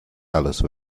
alice